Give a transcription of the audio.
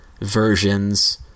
versions